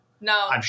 No